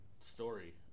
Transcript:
story